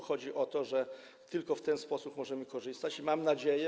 Chodzi o to, że tylko w ten sposób możemy z tego korzystać i mam nadzieję.